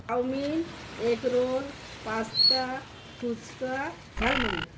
chowmein egg roll pasta phuchka jhalmuri